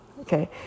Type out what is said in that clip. Okay